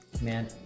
Man